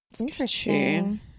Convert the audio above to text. Interesting